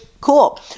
cool